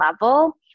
level